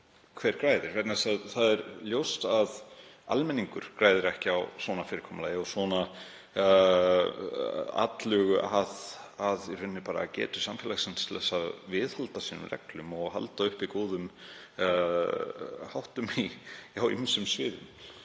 Hver græðir? Það er ljóst að almenningur græðir ekki á svona fyrirkomulagi og slíkri atlögu að getu samfélagsins til að viðhalda reglum sínum og halda uppi góðum háttum á ýmsum sviðum.